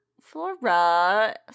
flora